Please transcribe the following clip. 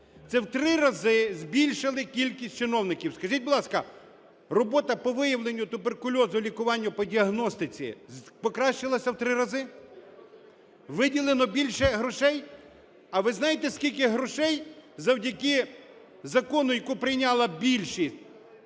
Це в три рази збільшили кількість чиновників. Скажіть, будь ласка, робота по виявленню туберкульозу і лікуванню по діагностиці покращилася в три рази? Виділено більше грошей? А ви знаєте, скільки грошей завдяки закону, який прийняла більшість,